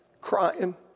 crying